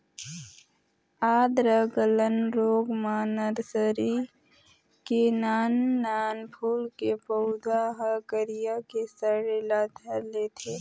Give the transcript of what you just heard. आद्र गलन रोग म नरसरी के नान नान फूल के पउधा ह करिया के सड़े ल धर लेथे